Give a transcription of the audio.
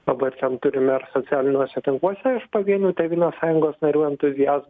dabar ten turime ir socialiniuose tinkluose pavienių tėvynės sąjungos narių entuzias